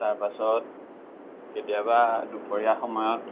তাৰপাছত কেতিয়াবা দুপৰীয়া সময়ত